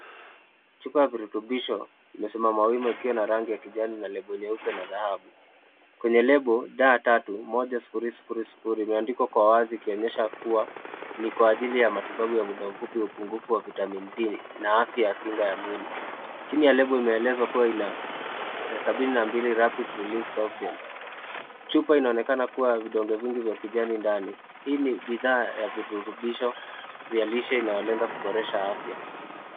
Chupa ya virutubisho imesimama wima ikiwa na rangi ya kijani na lebo nyeupe na dhahabu. Kwenye lebo daa tatu 1000 imeandikwa kwa wazi ikionyesha kuwa ni kwa ajili ya matibabu ya muda mfupi wa upungufu wa vitamini D na afya ya kinga ya mwili. Chini ya lebo imeelezwa kuwa ina 72 rapid-release softgels . Chupa inaonekana vidonge vingi vya kijani ndani. Hii ni bidhaa ya virutubisho vya lishe inayolenga kuboresha afya.